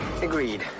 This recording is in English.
Agreed